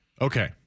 Okay